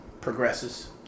progresses